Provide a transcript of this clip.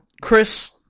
chris